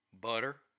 butter